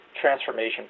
transformation